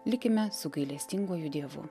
likime su gailestinguoju dievu